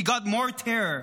we got more terror.